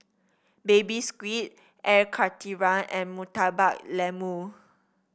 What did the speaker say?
Baby Squid Air Karthira and Murtabak Lembu